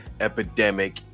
epidemic